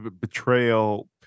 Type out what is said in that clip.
Betrayal